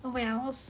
wells